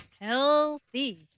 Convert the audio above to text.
Healthy